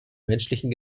menschlichen